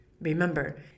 Remember